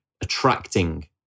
attracting